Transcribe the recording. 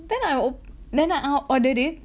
then I op~ then I ah ordered it